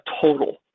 total